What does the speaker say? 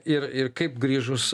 ir ir kaip grįžus